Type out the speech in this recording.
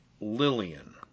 Lillian